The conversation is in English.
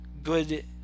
Good